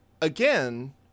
again